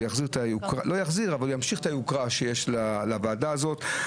הוא ימשיך את היוקרה שיש לוועדה הזאת.